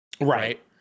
Right